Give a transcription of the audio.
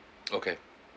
okay